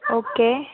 okay